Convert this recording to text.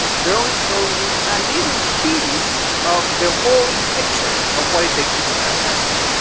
they're only showing you a little piece of the whole picture of what it takes to be successful.